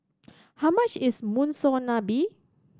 how much is Monsunabe